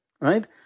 right